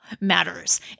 matters